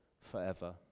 forever